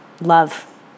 love